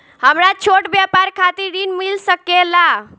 हमरा छोटा व्यापार खातिर ऋण मिल सके ला?